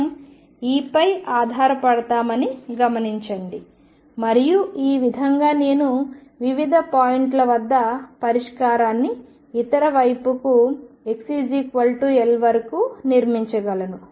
మనం Eపై ఆధారపడతామని గమనించండి మరియు ఈ విధంగా నేను వివిధ పాయింట్ల వద్ద పరిష్కారాన్ని ఇతర వైపుకు x L వరకు నిర్మించగలను